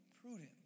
prudently